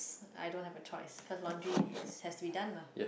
I don't have a choice cause laundry is have we done lah